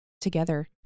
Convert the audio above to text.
together